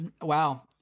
Wow